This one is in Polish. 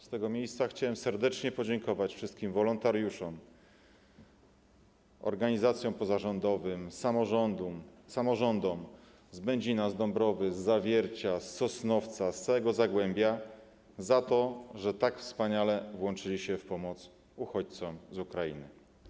Z tego miejsca chciałem serdecznie podziękować wszystkim wolontariuszom, organizacjom pozarządowym, samorządom z Będzina, z Dąbrowy, z Zawiercia, z Sosnowca, z całego Zagłębia za to, że tak wspaniale włączyli się w pomoc uchodźcom z Ukrainy.